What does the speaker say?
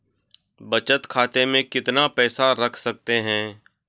बचत खाते में कितना पैसा रख सकते हैं?